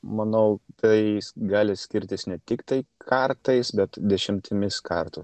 manau tai gali skirtis ne tik tai kartais bet dešimtimis kartų